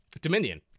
Dominion